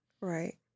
right